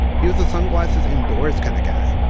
he was the sunglasses indoors kind of guy,